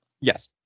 Yes